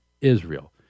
Israel